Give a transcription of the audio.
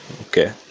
okay